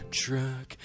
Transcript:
truck